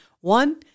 One